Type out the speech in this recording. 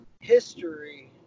history